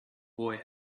boy